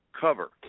cover